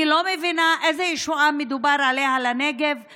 אני לא מבינה על איזו ישועה לנגב מדובר.